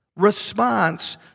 response